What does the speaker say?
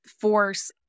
force